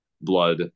blood